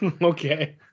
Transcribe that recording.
Okay